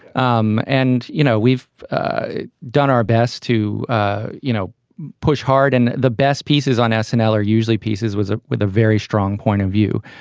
um and you know we've done our best to you know push hard and the best pieces on ah snl are usually pieces was with a very strong point of view.